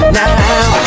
now